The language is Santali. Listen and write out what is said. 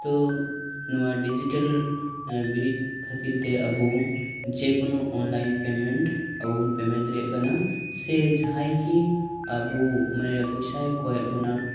ᱛᱚ ᱱᱚᱶᱟ ᱰᱤᱡᱤᱴᱮᱞ ᱮ ᱵᱮᱨᱮᱫ ᱠᱷᱟᱛᱤᱨ ᱛᱮ ᱟᱵᱚ ᱡᱮᱠᱳᱱᱳ ᱚᱱᱞᱟᱭᱤᱱ ᱯᱮᱢᱮᱱᱴ ᱟᱵᱚ ᱵᱚᱱ ᱯᱮᱢᱮᱱᱴ ᱫᱟᱲᱮᱭᱟᱜ ᱠᱟᱱᱟ ᱥᱮ ᱡᱟᱦᱟᱸᱭ ᱜᱮ ᱟᱵᱚ ᱢᱟᱱᱮ ᱯᱚᱭᱥᱟᱭ ᱠᱚᱭᱮᱫ ᱵᱚᱱᱟ